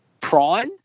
Prawn